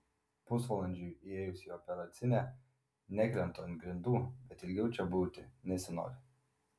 pusvalandžiui įėjus į operacinę nekrentu ant grindų bet ilgiau čia būti nesinori